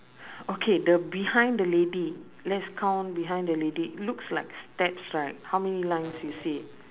okay the behind the lady let's count behind the lady looks like steps right how many lines you see